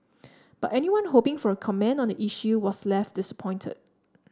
but anyone hoping for a comment on the issue was left disappointed